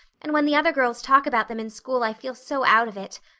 and when the other girls talk about them in school i feel so out of it.